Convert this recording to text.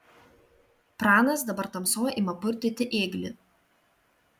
pranas dabar tamsoj ima purtyti ėglį